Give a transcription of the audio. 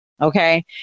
Okay